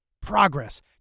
Progress